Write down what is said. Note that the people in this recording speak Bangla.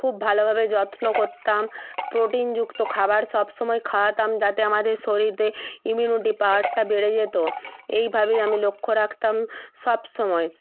খুব ভালোভাবে যত্ন করতাম প্রোটিনযুক্ত খাবার সব সময় খাওয়াতাম যাতে আমাদের শরীরতে ইমিউনিটি পাওয়ারটা বেড়ে যেত এইভাবেই আমি লক্ষ্য রাখতাম সব সময়